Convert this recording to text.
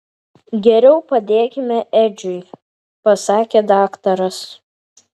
geriau padėkime edžiui pasakė daktaras